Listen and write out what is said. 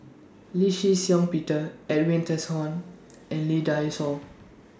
Lee Shih Shiong Peter Edwin Tessensohn and Lee Dai Soh